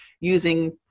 using